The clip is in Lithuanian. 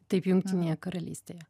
taip jungtinėje karalystėje